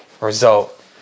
result